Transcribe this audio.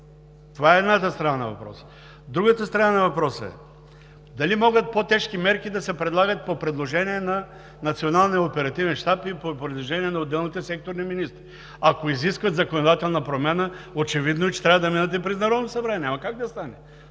Това е едната страна на въпроса. Другата страна на въпроса е дали могат по-тежки мерки да се предлагат по предложение на Националния оперативен щаб и по предложение на отделните секторни министри. Ако изискват законодателна промяна, очевидно е, че трябва да минат и през Народното събрание – няма как да стане.